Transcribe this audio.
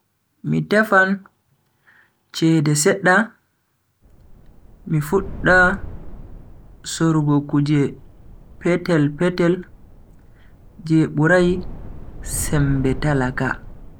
Mi tefan cede sedda, mi fudda sorugo kuje petel-petel je burai sembe talaka.